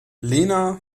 lena